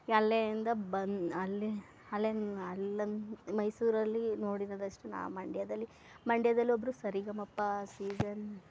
ಎಲ್ಲೆ ಇಂದ ಬಂದು ಅಲ್ಲಿ ಅಲ್ಲಿಂದ ಅಲ್ಲಿಂದ್ ಮೈಸೂರಲ್ಲಿ ನೋಡಿರೋದಷ್ಟೇ ನಾ ಮಂಡ್ಯದಲ್ಲಿ ಮಂಡ್ಯದಲ್ಲಿ ಒಬ್ಬರು ಸರಿಗಮಪ ಸೀಸನ್